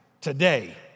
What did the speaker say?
today